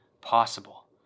possible